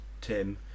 Tim